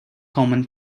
common